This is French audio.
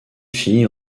fille